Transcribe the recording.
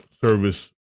service